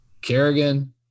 Kerrigan